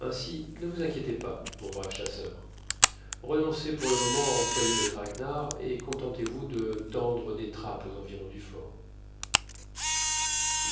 ainsi ne vous inquiétez pas mon brave chasseur renoncez pour le moment à employer le traquenard et contentez-vous de tendre des trappes aux environs du fort